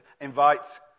invites